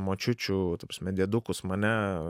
močiučių ta prasme diedukus mane